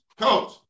coach